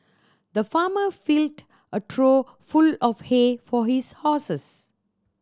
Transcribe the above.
the farmer filled a trough full of hay for his horses